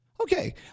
Okay